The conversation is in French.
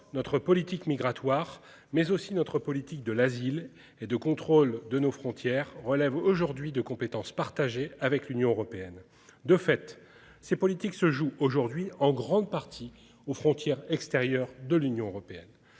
notre politique migratoire, mais aussi notre politique de l'asile et de contrôle de nos frontières relève aujourd'hui de compétences partagées avec l'Union européenne. De fait, ces politiques se jouent aujourd'hui en grande partie aux frontières extérieures de l'Union européenne